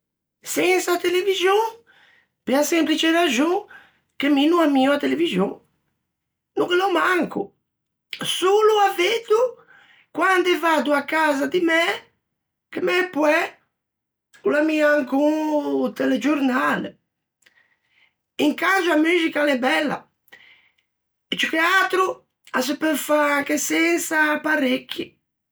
Sensa TV pe-a semplice raxon che mi no ammio a TV, no ghe l'ò manco. Solo â veddo quande vaddo à casa di mæ, che mæ poæ o l'ammia ancon o telegiornale. Incangio a muxica a l'é bella, e ciù che atro a seu peu fâ anche sensa apparecchi.